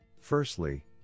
Firstly